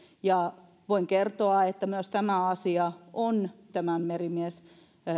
voin kertoa että myös tämä asia on tämän